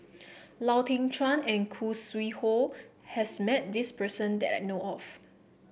Lau Teng Chuan and Khoo Sui Hoe has met this person that I know of